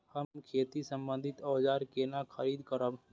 हम खेती सम्बन्धी औजार केना खरीद करब?